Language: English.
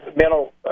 mental